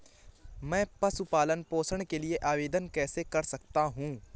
मैं पशु पालन पोषण के लिए आवेदन कैसे कर सकता हूँ?